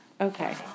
Okay